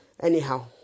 Anyhow